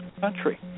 country